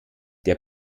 der